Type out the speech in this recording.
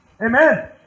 Amen